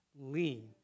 lean